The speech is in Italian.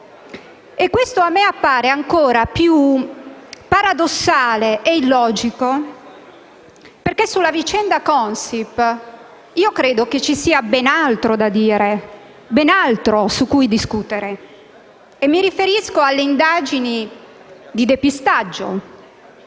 Questo a me appare ancora più paradossale e illogico perché sulla vicenda Consip credo ci sia ben altro da dire, ben altro su cui discutere. Mi riferisco all'indagine sul depistaggio: